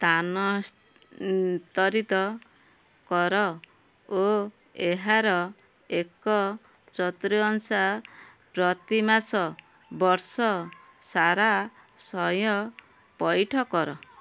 ସ୍ଥାନାନ୍ତରିତ କର ଓ ଏହାର ଏକ ଚତୁର୍ଥାଂଶ ପ୍ରତିମାସ ବର୍ଷ ସାରା ସ୍ଵୟଂପଇଠ କର